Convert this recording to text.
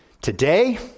Today